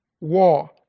war